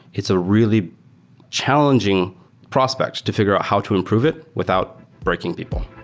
it's a really challenging prospect to figure out how to improve it without breaking people